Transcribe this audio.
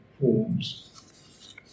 forms